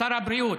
שר הבריאות.